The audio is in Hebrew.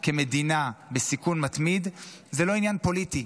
כמדינה בסיכון מתמיד הוא לא עניין פוליטי,